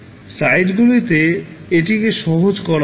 স্লাইডগুলিতে এটিকে সহজ করা হবে